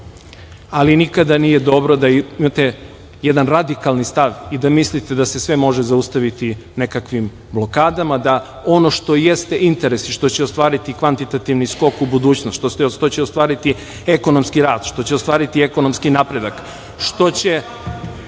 ali nikada nije dobro da imate jedan radikalni stav i da mislite da se sve može zaustaviti nekakvim blokadama, da ono što jeste interes i što će ostvariti kvantitativni skok u budućnost, što će ostvariti ekonomski rast, što će ostvariti ekonomski napredak, što će